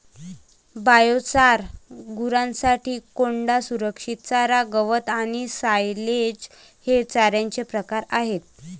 biochar, गुरांसाठी कोंडा, संरक्षित चारा, गवत आणि सायलेज हे चाऱ्याचे प्रकार आहेत